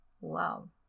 Wow